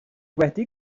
wedi